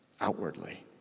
outwardly